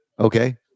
Okay